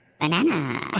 banana